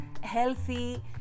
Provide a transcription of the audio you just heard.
healthy